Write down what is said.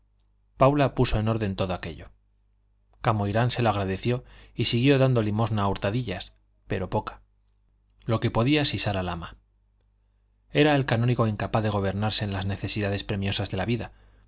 paula puso en orden todo aquello camoirán se lo agradeció y siguió dando limosna a hurtadillas pero poca lo que podía sisar al ama era el canónigo incapaz de gobernarse en las necesidades premiosas de la vida